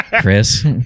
Chris